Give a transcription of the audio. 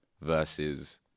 versus